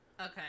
okay